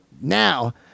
Now